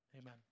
Amen